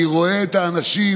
אני רואה את האנשים